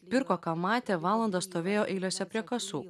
visko ką matė valandą stovėjo eilėse prie kasų